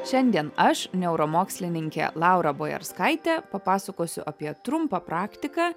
šiandien aš neuromokslininkė laura bojerskaitė papasakosiu apie trumpą praktiką